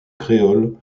créoles